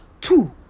Two